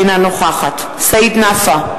אינה נוכחת סעיד נפאע,